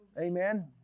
Amen